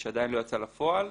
שעדיין לא יצאה לפועל.